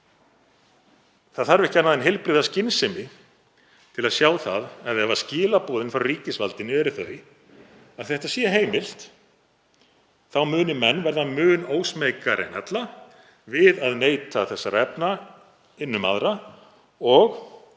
Það þarf ekki annað en heilbrigða skynsemi til að sjá að ef skilaboðin frá ríkisvaldinu eru þau að þetta sé heimilt þá muni menn verða mun ósmeykari en ella við að neyta þessara efna innan um aðra og